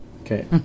Okay